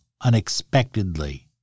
unexpectedly